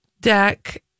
deck